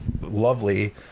lovely